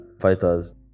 fighters